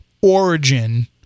origin